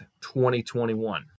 2021